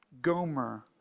Gomer